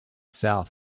south